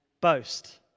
boast